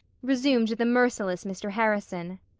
resumed the merciless mr. harrison,